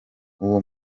uwo